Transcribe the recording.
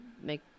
make